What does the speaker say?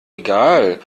egal